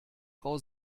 frau